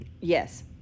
Yes